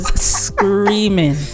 screaming